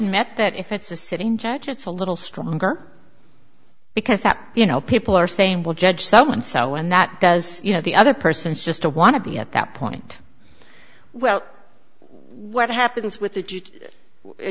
meant that if it's a sitting judge it's a little stronger because that you know people are saying well judge someone so when that does you know the other person is just to want to be at that point well what happens with